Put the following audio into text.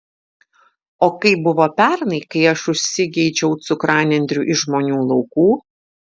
o kaip buvo pernai kai aš užsigeidžiau cukranendrių iš žmonių laukų